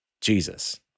Jesus